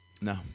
No